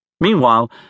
Meanwhile